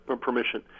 permission